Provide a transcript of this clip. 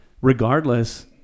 regardless